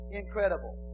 incredible